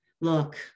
look